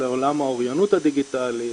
לעולם האוריינות הדיגיטלית